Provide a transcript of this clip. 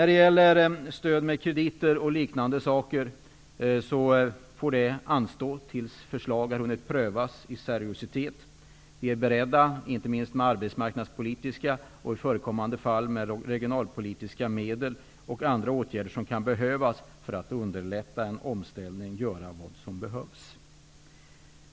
Stöd med krediter och liknande får anstå tills man hunnit med att seriöst pröva förslagen. Vi är beredda att -- inte minst med arbetsmarknadspolitiska och, i förekommande fall, med regionalpolitiska medel och andra åtgärder som kan behövas för att underlätta en omställning -- göra vad som behövs.